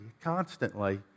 constantly